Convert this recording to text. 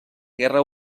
guerra